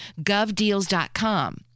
Govdeals.com